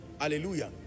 Hallelujah